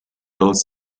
girls